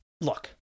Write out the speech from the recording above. look